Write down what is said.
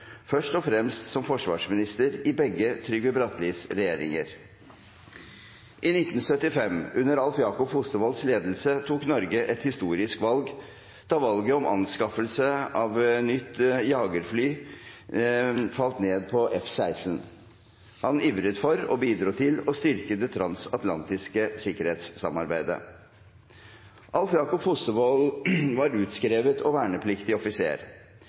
først og fremst som forsvarsminister i begge Trygve Brattelis regjeringer. I 1975, under Alv Jakob Fostervolls ledelse, tok Norge et historisk valg, da valget av anskaffelse av nytt jagerfly falt på F-16. Han ivret for og bidro til å styrke det transatlantiske sikkerhetssamarbeidet. Alv Jakob Fostervoll var utskrevet og vernepliktig offiser.